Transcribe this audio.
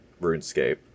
RuneScape